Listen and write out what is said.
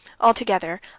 Altogether